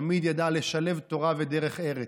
תמיד ידע לשלב תורה ודרך ארץ,